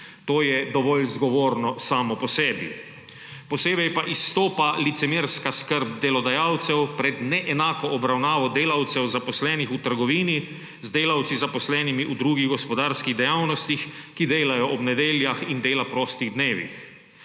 To je dovolj zgovorno samo po sebi. Posebej pa izstopa licemerska skrb delodajalcev pred neenako obravnavo delavcev, zaposlenih v trgovini, z delavci, zaposlenimi v drugih gospodarskih dejavnostih, ki delajo ob nedeljah in dela prostih dnevih.